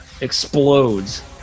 explodes